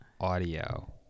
audio